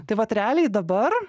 tai vat realiai dabar